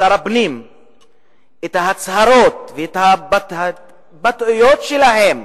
לשר הפנים את ההצהרות ואת ההתבטאויות שלהם,